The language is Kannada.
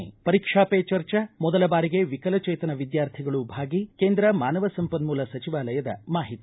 ಪರೀಕ್ಷಾ ಪೇ ಚರ್ಚಾ ಮೊದಲ ಬಾರಿಗೆ ವಿಕಲ ಚೇತನ ವಿದ್ಯಾರ್ಥಿಗಳು ಭಾಗಿ ಕೇಂದ್ರ ಮಾನವ ಸಂಪನ್ಮೂಲ ಸಚಿವಾಲಯದ ಮಾಹಿತಿ